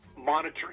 monitoring